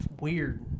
Weird